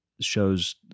shows